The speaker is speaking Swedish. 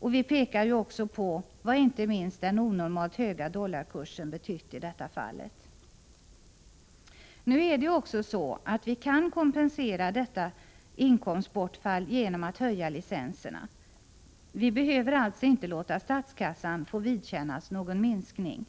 Vi pekar också på vad inte minst den onormalt höga dollarkursen betytt i detta fall. Nu är det också så att vi genom att höja licenserna kan kompensera inkomstbortfallet. Vi behöver alltså inte låta statskassan vidkännas någon minskning.